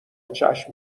چشم